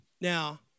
Now